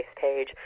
page